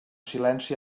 silenci